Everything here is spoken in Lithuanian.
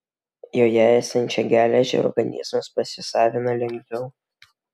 joje esančią geležį organizmas pasisavina lengviau